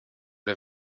der